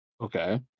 Okay